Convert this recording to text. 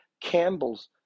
Campbell's